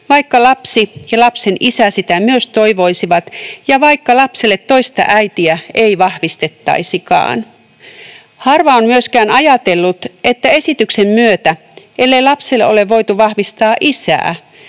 vaikka lapsi ja lapsen isä sitä myös toivoisivat ja vaikka lapselle toista äitiä ei vahvistettaisikaan. Harva on myöskään ajatellut, että esityksen myötä, ellei lapselle ole voitu vahvistaa isää,